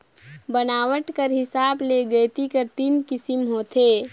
बनावट कर हिसाब ले गइती कर तीन किसिम होथे